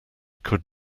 could